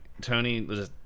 Tony